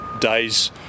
days